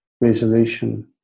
resolution